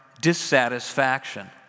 dissatisfaction